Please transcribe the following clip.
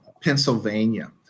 Pennsylvania